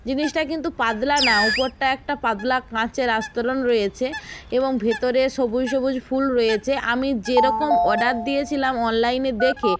জিনিসটা কিন্তু পাতলা না উপরটা একটা পাতলা কাঁচের আস্তরণ রয়েছে এবং ভেতরে সবুজ সবুজ ফুল রয়েছে আমি যেরকম অর্ডার দিয়েছিলাম অনলাইনে দেখে